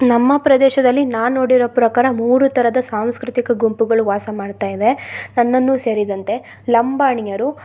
ನಮ್ಮ ಪ್ರದೇಶದಲ್ಲಿ ನಾನು ನೋಡಿರೊ ಪ್ರಕಾರ ಮೂರು ಥರದ ಸಾಂಸ್ಕೃತಿಕ ಗುಂಪುಗಳು ವಾಸ ಮಾಡ್ತಾ ಇದೆ ನನ್ನನ್ನೂ ಸೇರಿದಂತೆ ಲಂಬಾಣಿಯರು